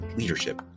leadership